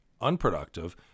unproductive